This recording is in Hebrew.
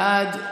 בעד,